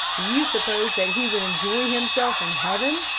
do you suppose that he would enjoy himself in heaven,